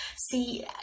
See